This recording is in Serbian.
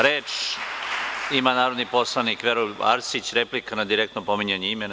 Reč ima narodni poslanik Veroljub Arsić, replika na direktno pominjanje imena.